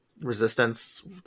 resistance